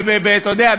אתה יודע,